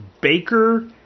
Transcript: baker